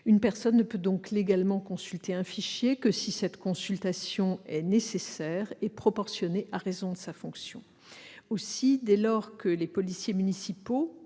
Une personne ne peut donc légalement consulter un fichier que si cette consultation est nécessaire et proportionnée à raison de sa fonction. Dès lors que les policiers municipaux,